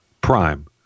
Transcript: Prime